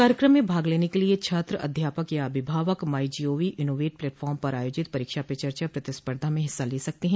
कार्यक्रम में भाग लेने के लिए छात्र अध्यापक या अभिभावक माई जीओवी इनोवेट प्लेटफार्म पर आयोजित परीक्षा पे चर्चा प्रतिस्पर्धा में हिस्सा ले सकते हैं